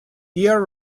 air